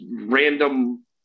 random